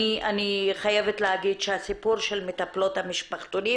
אני חייבת להגיד שהסיפור של מטפלות המשפחתונים